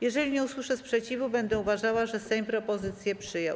Jeżeli nie usłyszę sprzeciwu, będę uważała, że Sejm propozycję przyjął.